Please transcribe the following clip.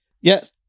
yes